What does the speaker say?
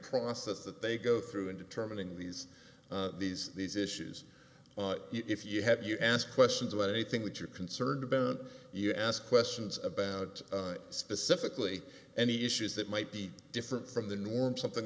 process that they go through in determining these these these issues if you have you ask questions about a thing that you're concerned about that you ask questions about specifically any issues that might be different from the norm something